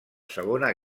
segona